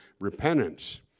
repentance